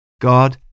God